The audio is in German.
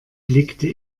blickte